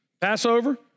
Passover